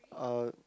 uh